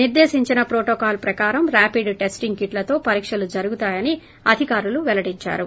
నిర్గేశించిన protocol ప్రకారం rapid testing కిట్లతో పరీక్షలు జరుగుతాయని అధికారులు పెల్లడించారు